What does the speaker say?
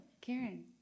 Karen